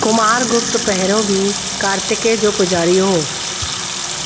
कुमारगुप्त पहिरियों बि कार्तिकेय जो पूॼारी हो